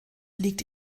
liegt